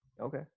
Okay